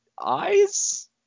Eyes